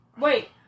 Wait